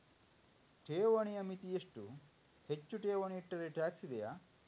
ಠೇವಣಿಯ ಮಿತಿ ಎಷ್ಟು, ಹೆಚ್ಚು ಠೇವಣಿ ಇಟ್ಟರೆ ಟ್ಯಾಕ್ಸ್ ಇದೆಯಾ?